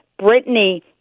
Britney